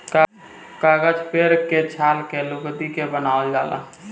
कागज पेड़ के छाल के लुगदी के बनावल जाला